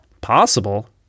possible